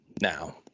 now